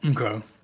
Okay